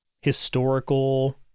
historical